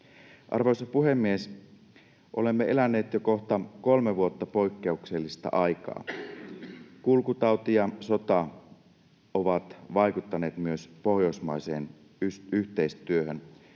Arvoisa puhemies! Olemme eläneet kohta jo kolme vuotta poikkeuksellista aikaa. Kulkutauti ja sota ovat vaikuttaneet myös pohjoismaiseen yhteistyöhön.